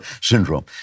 syndrome